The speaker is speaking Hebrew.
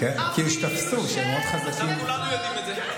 אמרתי לו שיבוא איתי לריקודי עם.